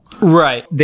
Right